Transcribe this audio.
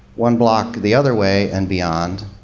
one block the other way and beyond,